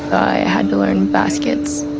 i had dueling baskets.